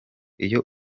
iyo